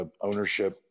ownership